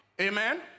amen